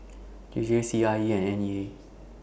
J J C I E and N E A